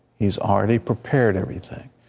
he's already prepared everything,